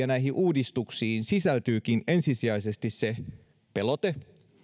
näihin uudistuksiin sisältyykin ensisijaisesti se pelote